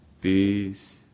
peace